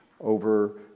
over